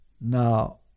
Now